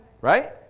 right